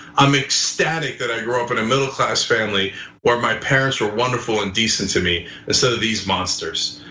i'm ecstatic that i grew up in a middle class family where my parents were wonderful and decent to me instead of these monsters.